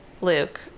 Luke